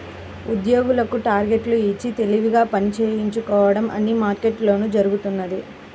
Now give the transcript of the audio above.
ఉద్యోగులకు టార్గెట్లు ఇచ్చి తెలివిగా పని చేయించుకోవడం అన్ని మార్కెట్లలోనూ జరుగుతున్నదే